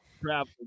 travel